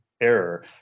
Error